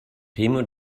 remote